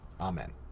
Amen